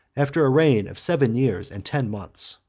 after a reign of seven years and ten months.